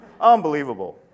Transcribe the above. Unbelievable